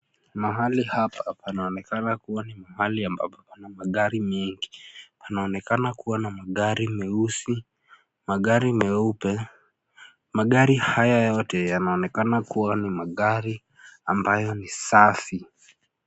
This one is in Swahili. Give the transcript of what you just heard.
Mahali hapa panaonekana kuwa ni mahali ambapo pana magari mengi. Panaonekana kuwa na magari, meusi magari meupe. Magari haya yote yanaonekana kuwa ni magari ambayo ni safi.